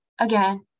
again